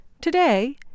Today